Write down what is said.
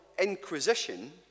inquisition